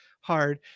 hard